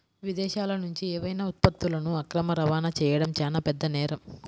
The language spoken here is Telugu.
విదేశాలనుంచి ఏవైనా ఉత్పత్తులను అక్రమ రవాణా చెయ్యడం చానా పెద్ద నేరం